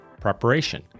preparation